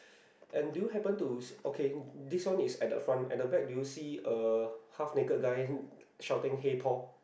and do you happen to see okay this one is at the front at the back do you see a half naked guy shouting hey Paul